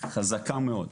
חזקה מאוד.